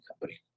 company